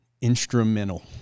instrumental